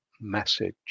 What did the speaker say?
message